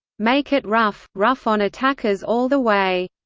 make it rough, rough on attackers all the way.